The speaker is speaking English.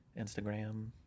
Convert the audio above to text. Instagram